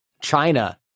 China